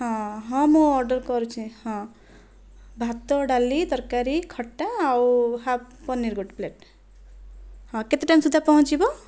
ହଁ ହଁ ମୁଁ ଅର୍ଡର୍ କରୁଛି ହଁ ଭାତ ଡାଲି ତରକାରୀ ଖଟା ଆଉ ହାଫ୍ ପନୀର୍ ଗୋଟିଏ ପ୍ଲେଟ୍ ହଁ କେତେ ଟାଇମ୍ ସୁଦ୍ଧା ପହଞ୍ଚିବ